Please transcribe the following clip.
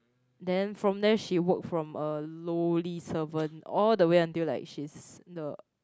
then from there she work from a lowly servant all the way until like she's the